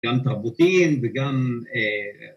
‫גם תרבותיים וגם אה...